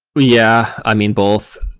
yeah. i mean, both.